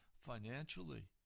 financially